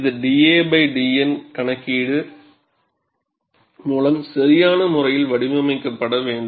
இது dadN கணக்கீடு மூலம் சரியான முறையில் வடிவமைக்கப்பட வேண்டும்